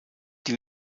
die